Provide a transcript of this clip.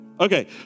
Okay